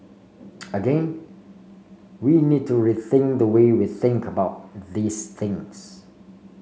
again we need to rethink the way we think about these things